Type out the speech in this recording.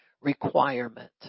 requirement